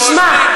תשמע,